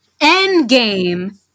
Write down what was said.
Endgame